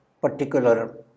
particular